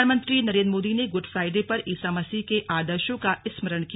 प्रधानमंत्री नरेन्द्र मोदी ने Good Friday पर ईसा मसीह के आदर्शों का स्मरण किया